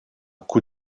coup